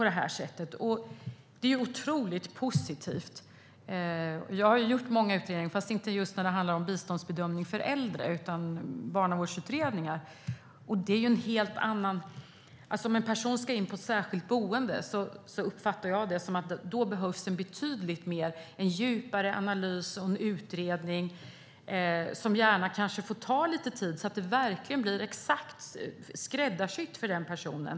Det är ju otroligt positivt. Jag har gjort många utredningar, fast inte just när det handlar om biståndsbedömning för äldre, utan barnavårdsutredningar. Om en person ska in på ett särskilt boende uppfattar jag att det behövs en betydligt djupare analys och en utredning som gärna får ta lite tid så att det verkligen blir exakt skräddarsytt för den personen.